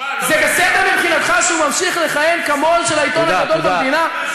זה בסדר מבחינתך שהוא ממשיך לכהן כמו"ל של העיתון הגדול במדינה?